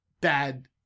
bad